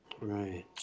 Right